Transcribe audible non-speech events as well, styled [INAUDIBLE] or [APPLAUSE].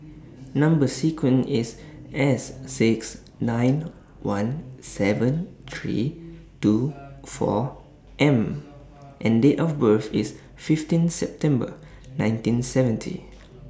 Number sequence IS S six nine one seven three two [NOISE] four M and Date of birth IS fifteen September nineteen seventy